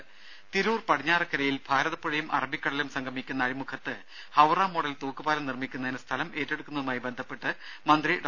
ദേദ തിരൂർ പടിഞ്ഞാറക്കരയിൽ ഭാരതപ്പുഴയും അറബിക്കടലും സംഗമിക്കുന്ന അഴിമുഖത്ത് ഹൌറ മോഡൽ തൂക്കുപാലം നിർമ്മിക്കുന്നതിന് സ്ഥലം ഏറ്റെടുക്കുന്നതുമായി ബന്ധപ്പെട്ട് മന്ത്രി ഡോ